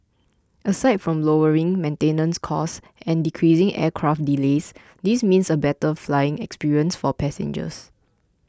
aside from lowering maintenance costs and decreasing aircraft delays this means a better flying experience for passengers